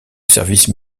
service